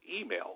email